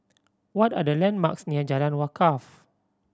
what are the landmarks near Jalan Wakaff